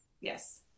Yes